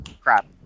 Crap